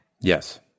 Yes